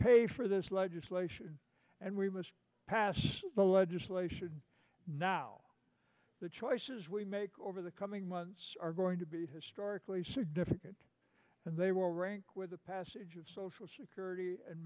pay for this legislation and we must pass the legislation now the choices we make over the coming months are going to be historically significant and they will rank with the passage of social security and